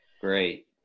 Great